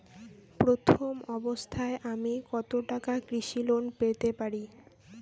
প্রথম অবস্থায় আমি কত টাকা কৃষি লোন পেতে পারি?